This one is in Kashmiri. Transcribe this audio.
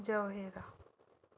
جَوہیرا